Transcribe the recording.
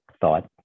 thought